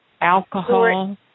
alcohol